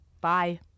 bye